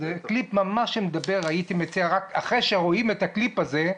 זה קליפ שמדבר אחרי שרואים את הקליפ הזה,